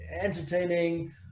entertaining